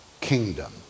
kingdom